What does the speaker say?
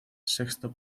sexto